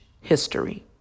history